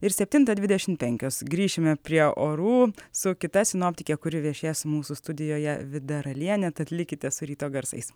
ir septintą dvidešimt penkios grįšime prie orų su kita sinoptike kuri viešės mūsų studijoje vida raliene tad likite su ryto garsais